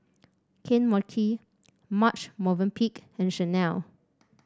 Kane Mochi Marche Movenpick and Chanel